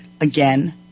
again